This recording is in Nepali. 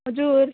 हजुर